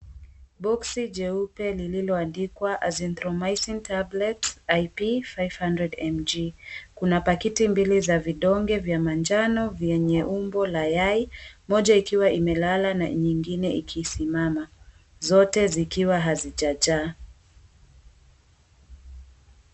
Boksi jeupe lililoandikwa Azythromycin tablets IP 500mg. Kuna pakiti mbili za manjano za vidonge vyenye umbo la yai; moja ikiwa imelala na nyingine ikisimama zote zikiwa hazijajaa.